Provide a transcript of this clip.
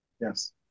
Yes